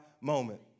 moment